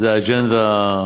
זו האג'נדה,